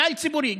כלל-ציבורי,